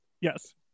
Yes